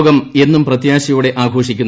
ലോകം എന്നും പ്രത്യാശയോടെ ആഘോഷിക്കുന്നു